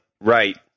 right